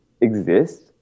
exist